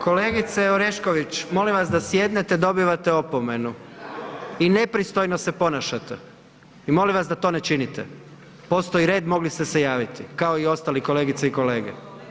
Kolegice Orešković, molim vas da sjednete, dobivate opomenu i nepristojno se ponašate i molim vas da to ne činite, postoji red, mogli ste se javiti kao i ostali kolegice i kolege.